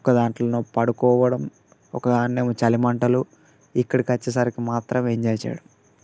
ఒక దానిలో పడుకోవటం ఒకదాన్నేమో చలిమంటలూ ఇక్కడికి వచ్చేసరికి మాత్రం ఎంజాయ్ చేయటం